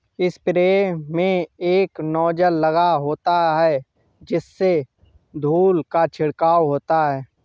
sprayer में एक nozzle लगा होता है जिससे धूल का छिड़काव होता है